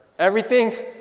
everything,